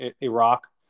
Iraq